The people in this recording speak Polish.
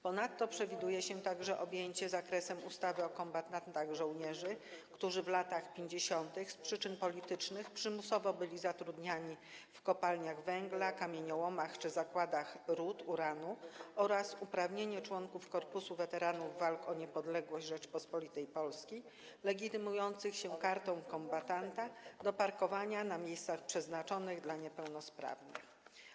Ponadto przewiduje się także objęcie zakresem ustawy o kombatantach żołnierzy, którzy w latach 50. z przyczyn politycznych przymusowo byli zatrudniani w kopalniach węgla, kamieniołomach czy zakładach rud uranu oraz przyznanie członkom Korpusu Weteranów walk o Niepodległość Rzeczypospolitej Polskiej legitymujących się kartą kombatanta prawa do parkowania na miejscach przeznaczonych dla osób niepełnosprawnych.